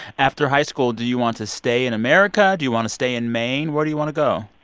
after high school, do you want to stay in america? do you want to stay in maine? where do you want to go?